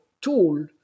tool